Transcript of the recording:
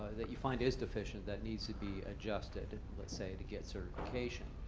that you find is deficient, that needs to be adjusted, let's say, to get certification,